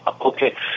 Okay